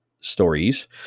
stories